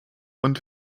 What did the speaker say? und